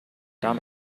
darm